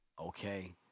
Okay